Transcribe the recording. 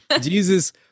Jesus